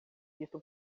isso